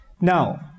now